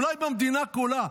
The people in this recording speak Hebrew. אולי במדינה כולה,